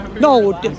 No